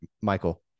Michael